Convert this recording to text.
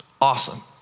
Awesome